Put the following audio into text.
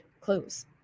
close